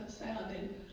sounded